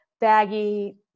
baggy